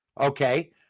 okay